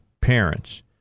parents